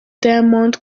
diamond